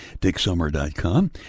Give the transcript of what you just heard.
DickSummer.com